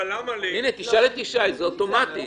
הנה, תשאל את ישי, זה אוטומטית.